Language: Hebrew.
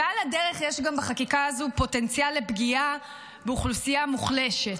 ועל הדרך יש בחקיקה הזו גם פוטנציאל לפגיעה באוכלוסייה מוחלשת.